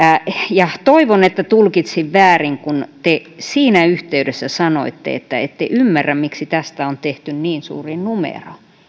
toivon että tulkitsin väärin kun te siinä yhteydessä sanoitte että ette ymmärrä miksi tästä on tehty niin suuri numero